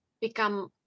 become